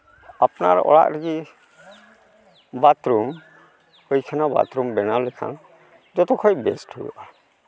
ᱟᱯᱱᱟᱨ ᱚᱲᱟᱜ ᱞᱟᱹᱜᱤᱫ ᱵᱟᱛᱷᱨᱩᱢ ᱯᱟᱹᱭᱠᱷᱟᱱᱟ ᱵᱟᱛᱷᱨᱩᱢ ᱵᱮᱱᱟᱣ ᱞᱮᱠᱷᱟᱱ ᱡᱚᱛᱚᱠᱷᱚᱡ ᱵᱮᱥᱴ ᱦᱩᱭᱩᱜᱼᱟ